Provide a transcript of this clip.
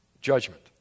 judgment